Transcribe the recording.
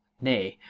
nay,